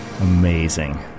Amazing